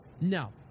No